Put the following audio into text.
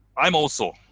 i'm also